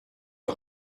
are